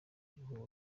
guhura